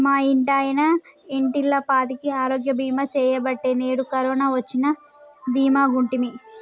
మా ఇంటాయన ఇంటిల్లపాదికి ఆరోగ్య బీమా సెయ్యబట్టే నేడు కరోన వచ్చినా దీమాగుంటిమి